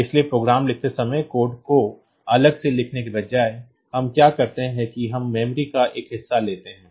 इसलिए प्रोग्राम लिखते समय कोड को अलग से लिखने के बजाय हम क्या करते हैं कि हम memory का एक हिस्सा लेते हैं